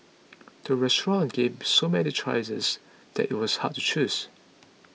the restaurant gave so many choices that it was hard to choose